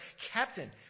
captain